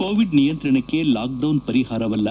Covid ನಿಯಂತ್ರಣಕ್ಕೆ lockdown ಪರಿಹಾರವಲ್ಲ